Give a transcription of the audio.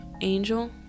angel